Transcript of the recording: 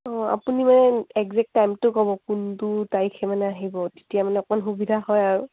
অঁ আপুনি মানে একজেক্ট টাইমটো ক'ব কোনটো তাৰিখে মানে আহিব তেতিয়া মানে অকণ সুবিধা হয় আৰু